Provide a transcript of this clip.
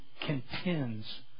contends